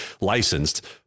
licensed